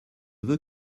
veux